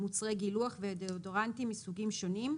מוצרי גילוח ודאודורנטים מסוגים שונים,